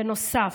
בנוסף,